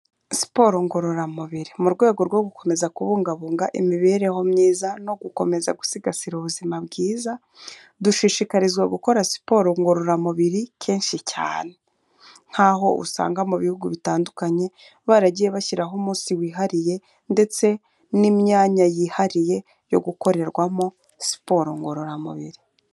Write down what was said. Siporo ngororamubiri mu rwego rwo gukomeza kubungabunga imibereho myiza no gukomeza gusigasira ubuzima bwiza, dushishikarizwa gukora siporo ngororamubiri kenshi cyane. Nk'aho usanga mu bihugu bitandukanye baragiye bashyiraho umunsi wihariye, ndetse n'imyanya yihariye yo gukorerwamo siporo ngororamubiri.